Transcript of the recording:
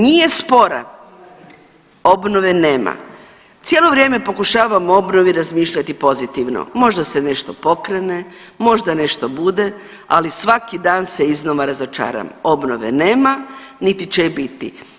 Nije spora, obnove nema, cijelo vrijeme pokušavam o obnovi razmišljati pozitivno, možda se nešto pokrene, možda nešto bude, ali svaki dan se iznova razočaram, obnove nema niti će je biti.